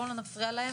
בוא לא נפריע להם.